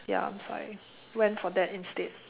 ya so I went for that instead